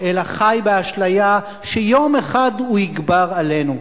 אלא חי באשליה שיום אחד הוא יגבר עלינו.